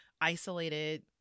isolated